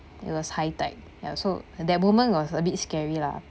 it was high tide ya so that woman was a bit scary lah